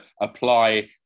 apply